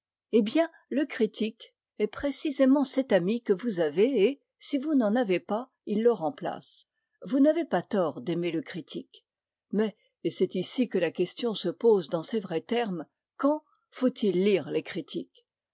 eh bien le critique est précisément cet ami que vous avez et si vous n'en avez pas il le remplace vous n'avez pas tort d'aimer le critique mais et c'est ici que la question se pose dans ses vrais termes quand faut-il lire les